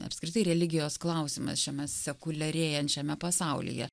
apskritai religijos klausimas šiame sekuliarėjančiame pasaulyje